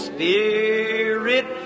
Spirit